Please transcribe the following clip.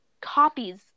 copies